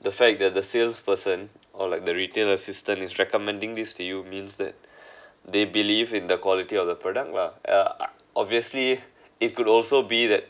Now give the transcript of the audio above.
the fact that the salesperson or like the retail assistant is recommending this to you means that they believe in the quality of the product lah obviously it could also be that